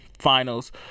finals